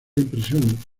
impresión